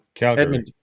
Edmonton